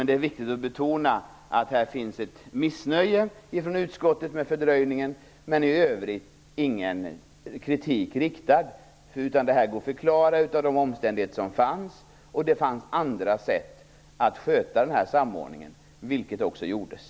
Det är viktigt att betona att det finns ett missnöje med fördröjningen från utskottet, men i övrigt riktas ingen kritik. Detta går att förklara genom de omständigheter som fanns. Det fanns andra sätt att sköta den här samordningen, vilket också gjordes.